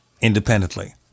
independently